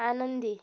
आनंदी